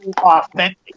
authentic